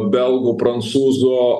belgų prancūzų